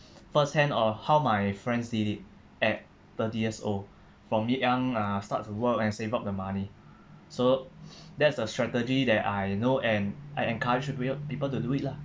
firsthand or how my friends did it at thirty years old from e~ young uh start to work and save up the money so that's a strategy that I know and I encourage w~ uh people to do it lah